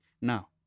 Now